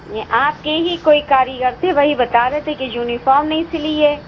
نہیں آپ کے ہی کوئی کاریگر تھے وہی بتا رہے تھے کہ یونیفام نہیں سلی ہے